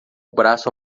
braço